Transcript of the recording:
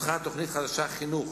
פותחה תוכנית חדשה, חינוך,